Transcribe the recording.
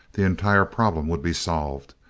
the entire problem would be solved!